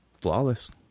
flawless